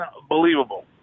unbelievable